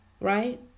Right